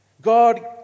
God